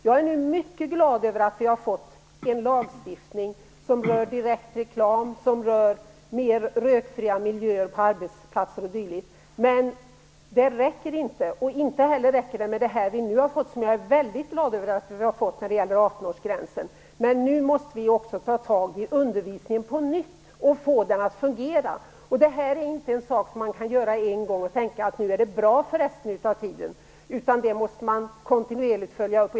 Jag är nu mycket glad över att vi har fått en lagstiftning som rör direkt reklam, mer rökfria miljöer på arbetsplatser o.d. men det räcker inte. Det vi nu har fått som gäller 18-årsgränsen, som jag är väldigt glad över, räcker inte heller. Nu måste vi också ta tag i undervisningen på nytt och få den att fungera. Det här är inte något man kan göra en gång och sedan tänka: Nu är det bra för resten av tiden. Det här måste man kontinuerligt följa upp.